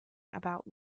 about